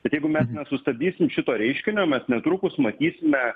bet jeigu mes nesustabdysim šito reiškinio mes netrukus matysime